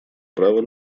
права